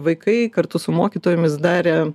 vaikai kartu su mokytojomis darė